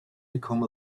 become